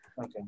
okay